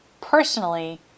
personally